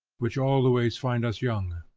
which always find us young,